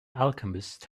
alchemist